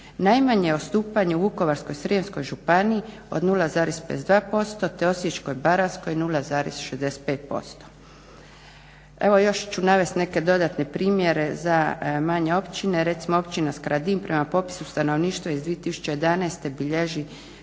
Najmanje odstupanje u Vukovarsko-srijemskoj županiji od 0,52% te Osječko-baranjskoj 0,65%. Evo još ću navest neke dodatne primjere za manje općine, recimo Općina Skradin prema popisu stanovništva iz 2011. bilježi